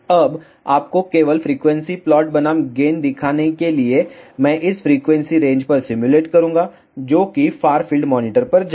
अब आपको केवल फ़्रीक्वेंसी प्लॉट बनाम गेन दिखाने के लिए मैं इसे फ़्रीक्वेंसी रेंज पर सिम्युलेट करूंगा जो कि फार फील्ड मॉनिटर पर जाएगा